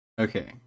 okay